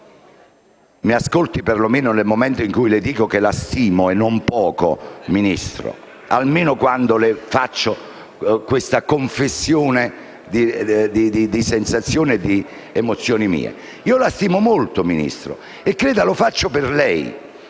mi ascolti perlomeno nel momento in cui le dico che la stimo - e non poco - Ministro, almeno quando le faccio questa confessione di mie sensazioni ed emozioni. Io la stimo molto, Ministro, e - mi creda - lo faccio per lei.